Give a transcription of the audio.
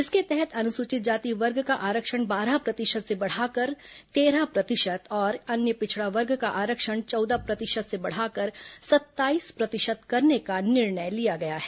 इसके तहत अनुसूचित जाति वर्ग का आरक्षण बारह प्रतिशत से बढ़ाकर तेरह प्रतिशत और अन्य पिछड़ा वर्ग का आरक्षण चौदह प्रतिशत से बढ़ाकर सत्ताईस प्रतिशत करने का निर्णय लिया गया है